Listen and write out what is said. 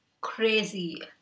crazy